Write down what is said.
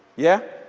yeah?